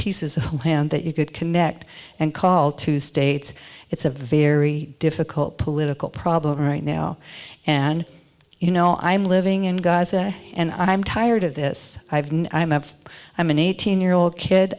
pieces of land that you could connect and call two states it's a very difficult political problem right now and you know i'm living in gaza and i'm tired of this i've been i'm up i'm an eighteen year old kid